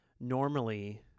normally